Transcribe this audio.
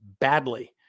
badly